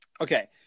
Okay